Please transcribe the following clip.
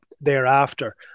thereafter